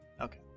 Okay